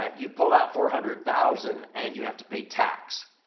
ah you pull out four hundred thousand and you have to pay tax.